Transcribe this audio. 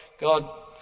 God